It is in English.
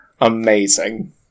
Amazing